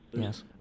Yes